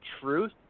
truth